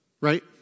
right